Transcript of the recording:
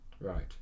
Right